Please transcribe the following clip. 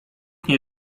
nie